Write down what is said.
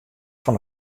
fan